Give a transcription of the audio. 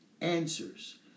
answers